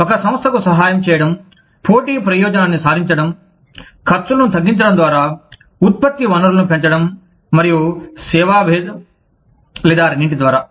ఒక సంస్థకు సహాయం చేయడం పోటీ ప్రయోజనాన్ని సాధించడం ఖర్చులను తగ్గించడం ద్వారా ఉత్పత్తి వనరులను పెంచడం మరియు సేవా భేదం లేదా రెండింటి ద్వారా